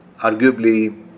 arguably